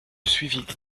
suivit